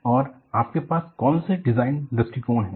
और आपके पास कौन से डिज़ाइन दृष्टिकोण हैं